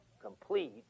complete